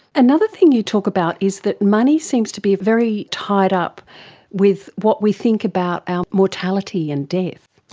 another thing you talk about is that money seems to be very tied up with what we think about our mortality and death.